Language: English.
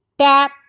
tap